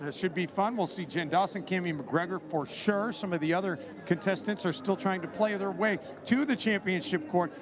ah should be fun. we'll see jen dawson, cammy macgregor for sure. some of the other contestants are still trying to play their way to the championship court.